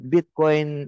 Bitcoin